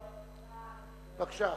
בבקשה.